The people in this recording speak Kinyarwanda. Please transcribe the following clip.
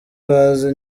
baza